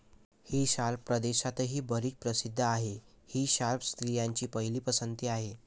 ही शाल परदेशातही बरीच प्रसिद्ध आहे, ही शाल स्त्रियांची पहिली पसंती आहे